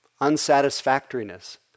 unsatisfactoriness